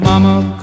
Mama